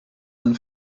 einen